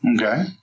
Okay